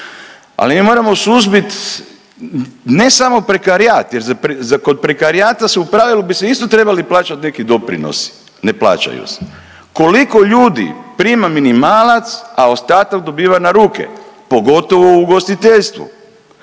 Ali mi moramo suzbit ne samo prekarijat jer kod prekarijata se u pravilu bi se isto trebali plaćati neki doprinosi. Ne plaćaju se. Koliko ljudi prima minimalac, a ostatak dobiva na ruke, pogotovo u ugostiteljstvu?